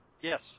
Yes